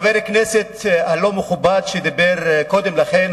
חבר הכנסת הלא-מכובד שדיבר קודם לכן,